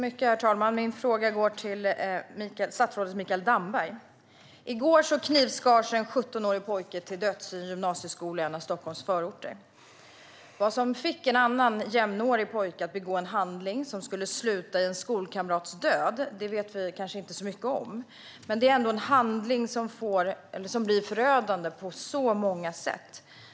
Herr talman! Min fråga går till statsrådet Mikael Damberg. I går knivskars en 17-årig pojke till döds i en gymnasieskola i en av Stockholms förorter. Vad som fick en annan, jämnårig, pojke att begå en handling som skulle sluta i en skolkamrats död vet vi kanske inte så mycket om. Men det är en handling som blir förödande på många sätt.